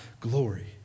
glory